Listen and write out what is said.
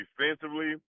Defensively